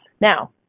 Now